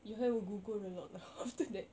you have to gugur a lot lah after that